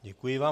Děkuji vám.